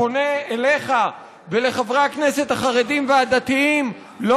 פונה אליך ולחברי הכנסת החרדים והדתיים לא